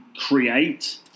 create